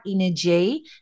energy